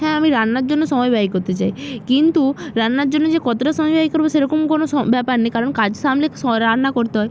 হ্যাঁ আমি রান্নার জন্য সময় ব্যয় করতে চাই কিন্তু রান্নার জন্য যে কতটা সময় ব্যয় করব সেরকম কোনো ব্যাপার নেই কারণ কাজ সামলে রান্না করতে হয়